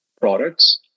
products